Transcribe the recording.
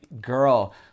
girl